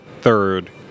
third